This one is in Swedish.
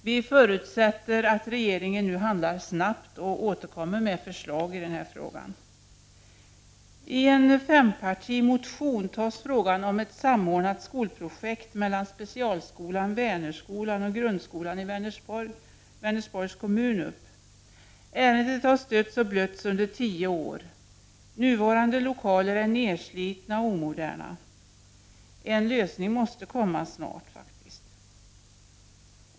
Vi förutsätter att regeringen nu har handlar snabbt och återkommer med förslag i frågan. I en fempartimotion tas frågan om ett samordnat skolprojekt mellan specialskolan Vänerskolan och grundskolan i Vänersborgs kommun upp. Ärendet har stötts och blötts under tio år. Nuvarande lokaler är nedslitna och omoderna. En lösning måste komma snart.